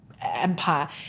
empire